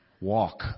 walk